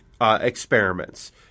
experiments